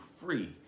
free